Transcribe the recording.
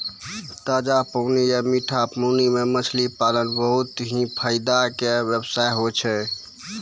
ताजा पानी या मीठा पानी मॅ मछली पालन बहुत हीं फायदा के व्यवसाय होय छै